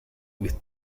with